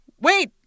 wait